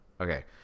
Okay